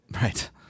right